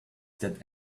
that